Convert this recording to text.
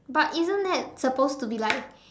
but isn't that supposed to be like